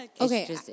Okay